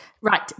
Right